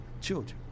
children